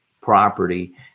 property